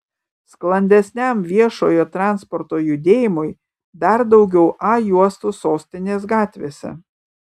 sklandesniam viešojo transporto judėjimui dar daugiau a juostų sostinės gatvėse